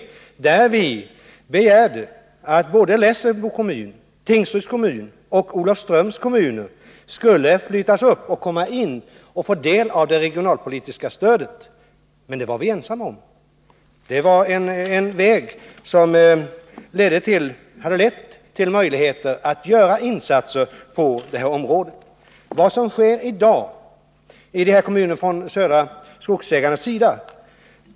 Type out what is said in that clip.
Vi begärde där att både Lessebo kommun och Tingsryds och Olofströms kommuner skulle flyttas upp och få del av det regionalpolitiska stödet. Men det var vi ensamma om. Om vår reservation hade bifallits, skulle det ha lett till att vi fått möjligheter att göra insatser på det här området. Vi har kritiserat det som i dag sker i dessa kommuner från Södra Skogsägarnas sida.